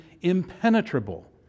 impenetrable